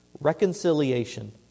Reconciliation